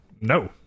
No